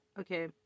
Okay